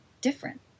different